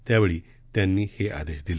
त्यावेळी त्यांनी हे आदेश दिले